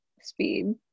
speed